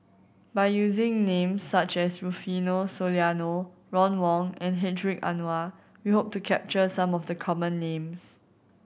by using names such as Rufino Soliano Ron Wong and Hedwig Anuar we hope to capture some of the common names